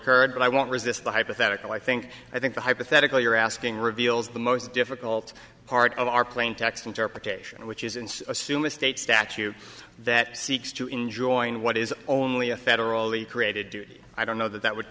occurred but i won't resist the hypothetical i think i think the hypothetical you're asking reveals the most difficult part of our plain text interpretation which is in assume a state statute that seeks to enjoin what is only a federally created dude i don't know that that would